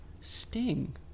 Sting